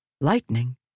Lightning